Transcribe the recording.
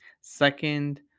Second